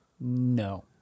No